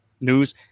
News